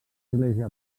església